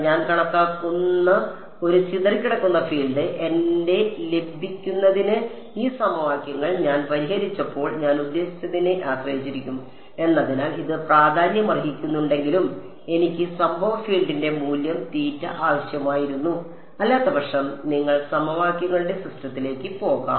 ഞാൻ കണക്കാക്കുന്ന ഒരു ചിതറിക്കിടക്കുന്ന ഫീൽഡ് എന്റെ ലഭിക്കുന്നതിന് ഈ സമവാക്യങ്ങൾ ഞാൻ പരിഹരിച്ചപ്പോൾ ഞാൻ ഉദ്ദേശിച്ചതിനെ ആശ്രയിച്ചിരിക്കും എന്നതിനാൽ ഇത് പ്രാധാന്യമർഹിക്കുന്നുണ്ടെങ്കിലും എനിക്ക് സംഭവ ഫീൽഡിന്റെ മൂല്യം ആവശ്യമായിരുന്നു അല്ലാത്തപക്ഷം നിങ്ങൾ സമവാക്യങ്ങളുടെ സിസ്റ്റത്തിലേക്ക് പോകും